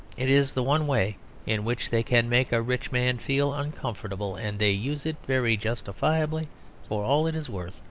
it is the one way in which they can make a rich man feel uncomfortable, and they use it very justifiably for all it is worth.